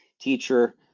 Teacher